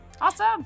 Awesome